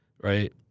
right